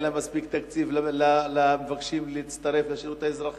שאין לה מספיק תקציב למבקשים להצטרף לשירות האזרחי.